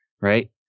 right